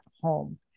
home